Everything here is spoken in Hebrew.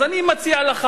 אז אני מציע לך,